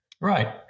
Right